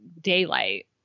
daylight